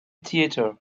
theater